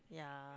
yeah